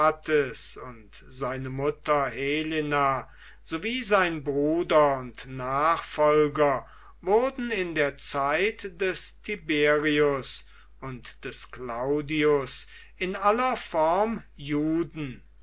und seine mutter helena sowie sein bruder und nachfolger wurden in der zeit des tiberius und des claudius in aller form